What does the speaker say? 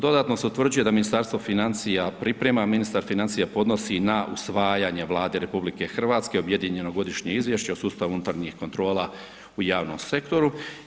Dodatno se utvrđuje da Ministarstvo financija priprema, ministar financija podnosi na usvajanje Vladi RH objedinjeno godišnje izvješće o sustavu unutarnjih kontrola u javnom sektoru.